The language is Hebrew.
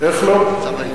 איך לא?